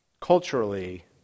Culturally